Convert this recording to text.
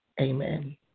amen